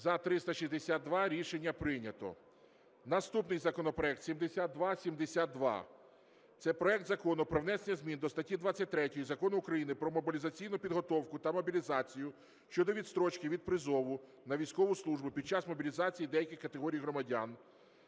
За-362 Рішення прийнято. Наступний законопроект 7272, це проект Закону про внесення змін до статті 23 Закону України "Про мобілізаційну підготовку та мобілізацію" щодо відстрочки від призову на військову службу під час мобілізації деяких категорій громадян.